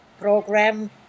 program